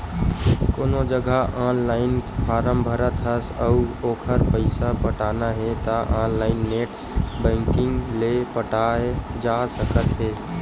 कोनो जघा online form भरत हस अउ ओखर पइसा पटाना हे त ऑनलाइन नेट बैंकिंग ले पटाए जा सकत हे